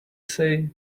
say